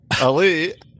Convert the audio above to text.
Ali